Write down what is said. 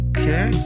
Okay